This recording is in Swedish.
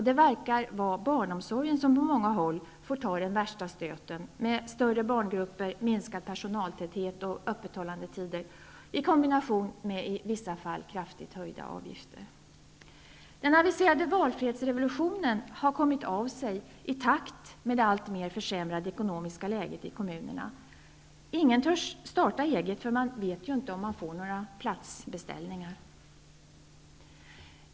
Det verkar vara barnomsorgen som på många håll får ta den värsta stöten med större barngrupper, minskad personaltäthet och kortare öppethållandetider -- i kombination med i vissa fall kraftigt höjda avgifter. Den aviserade valfrihetsrevolutionen har kommit av sig i takt med det allt sämre ekonomiska läget i kommunerna. Ingen törs starta eget. Man vet ju inte om man får några platsbeställningar.